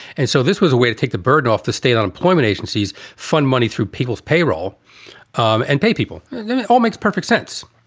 and so this was a way to take the burden off the state. unemployment agencies fund money through people's payroll um and pay people. and then it all makes perfect sense.